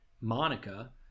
Monica